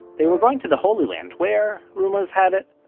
they were going to the holy land, where, rumors had it,